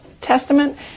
Testament